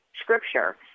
Scripture